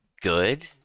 good